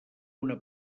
una